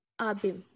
Abim